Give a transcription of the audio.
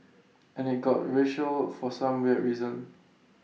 and IT got racial for some weird reason